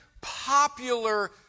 popular